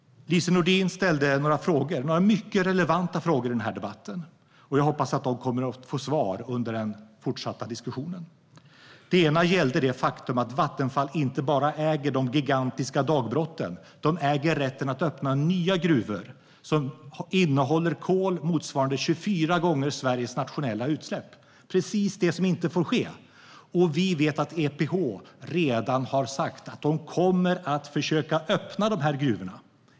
Lise Nordin ställde några mycket relevanta frågor i debatten. Jag hoppas att de kommer att få svar under den fortsatta diskussionen. En gällde det faktum att Vattenfall inte bara äger de gigantiska dagbrotten. De äger också rätten att öppna nya gruvor som innehåller kol motsvarande 24 gånger Sveriges nationella utsläpp. Det är precis det som inte får ske. Vi vet att EPH redan har sagt att man kommer att försöka öppna de gruvorna.